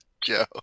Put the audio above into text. Joe